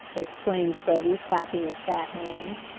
exclaimed freddie, clapping his fat hands.